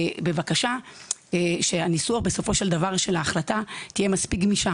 בבקשה שהניסוח של ההחלטה יהיה מספיק גמיש,